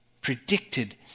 predicted